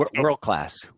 World-class